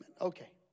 Okay